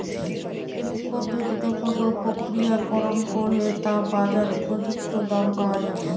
কি পদ্ধতিতে ফসল প্রক্রিয়াকরণ করলে তা বাজার উপযুক্ত দাম পাওয়া যাবে?